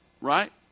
Right